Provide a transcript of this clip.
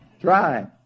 Try